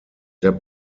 der